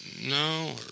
no